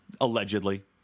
allegedly